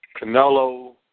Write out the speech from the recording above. Canelo